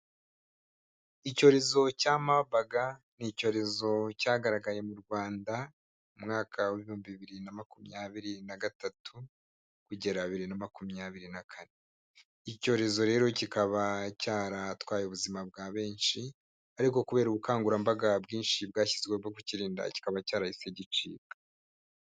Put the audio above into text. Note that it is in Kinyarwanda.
Icyorezo cya mabaga ni icyorezo cyagaragaye mu Rwanda, mu mwaka wa ibihumbi bibiri na makumyabiri nagatatu, kugera bibiri na makumyabiri na kane. Iki icyorezo rero kikaba cyaratwaye ubuzima bwa benshi ariko kubera ubukangurambaga bwinshi bwashyizweho bwo kukirinda, kikaba cyarahise gicika.